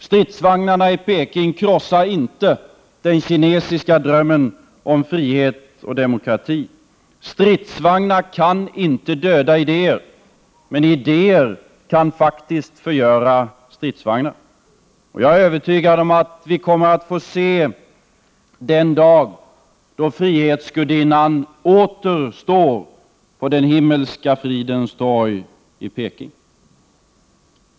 Stridsvagnarna i Beijing krossar inte den kinesiska drömmen om frihet och demokrati. Stridsvagnar kan inte döda idéer, men idéer kan faktiskt förgöra stridsvagnar. Jag är övertygad om att vi kommer att få se den dag då frihetsgudinnan åter står på Den himmelska fridens torg i Beijing.